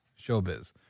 showbiz